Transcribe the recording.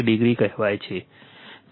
8o કહેવાય છે